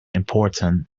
important